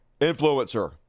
influencer